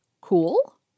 Cool